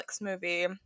movie